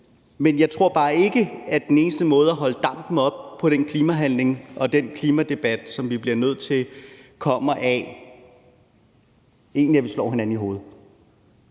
Men jeg tror bare ikke, at den eneste måde at holde dampen oppe på i den klimahandling og den klimadebat, som vi bliver nødt til at have, er, at vi slår hinanden oven i hovedet.